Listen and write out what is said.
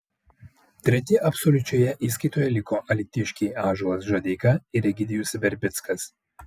treti absoliučioje įskaitoje liko alytiškiai ąžuolas žadeika ir egidijus verbickas